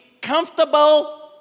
comfortable